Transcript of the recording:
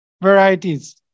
varieties